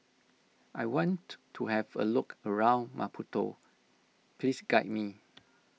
I want to have a look around Maputo please guide me